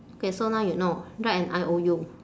K so now you know write an I_O_U